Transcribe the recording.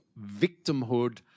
victimhood